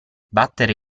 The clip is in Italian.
battere